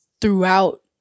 throughout